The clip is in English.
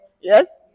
Yes